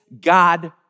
God